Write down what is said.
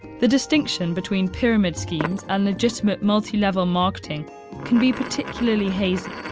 the distinction between pyramid schemes and legitimate multi-level marketing can be particularly hazy.